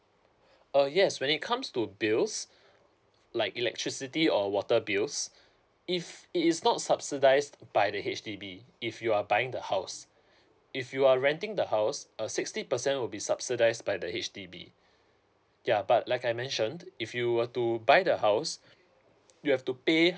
uh yes when it comes to bills like electricity or water bills if it is not subsidised by the H_D_B if you are buying the house if you are renting the house uh sixty percent will be subsidised by the H_D_B ya but like I mentioned if you were to buy the house you have to pay